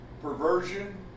perversion